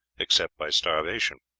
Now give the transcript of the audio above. except by starvation.